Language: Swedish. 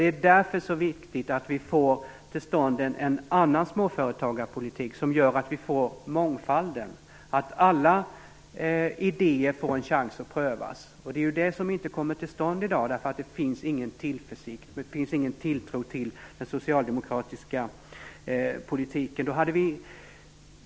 Det är därför så viktigt att vi får till stånd en annan småföretagarpolitik som gör att vi får mångfalden och att alla idéer får en chans att prövas. Det är ju det som inte kommer till stånd i dag, därför att det finns ingen tillförsikt och ingen tilltro till den socialdemokratiska politiken.